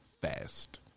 fast